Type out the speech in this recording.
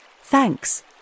Thanks